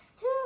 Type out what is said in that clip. two